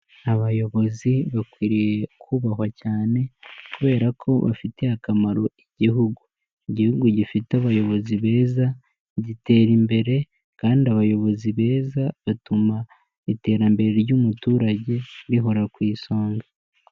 Abayobozi bakwiriye kubahwa cyane, kubera ko bafitiye akamaro igihugu. igihugu gifite abayobozi beza gitera imbere, kandi abayobozi beza batuma iterambere ry'umuturage rihora ku isonga.